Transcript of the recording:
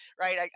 right